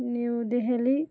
New Delhi